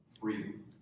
freedom